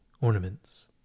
ornaments